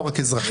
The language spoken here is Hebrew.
לא רק אזרחים,